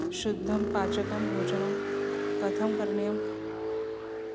शुद्धं पाचकं भोजनं कथं करणीयम्